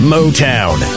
Motown